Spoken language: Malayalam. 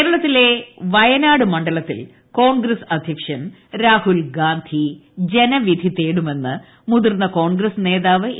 കേരളത്തിലെ വയനാട് മണ്ഡലത്തിൽ കോൺഗ്രസ് അധ്യക്ഷൻ രാഹുൽഗാന്ധി ജനവിധി തേടുമെന്ന് മുതിർന്ന കോൺഗ്രസ് നേതാവ് എ